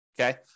okay